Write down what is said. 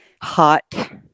hot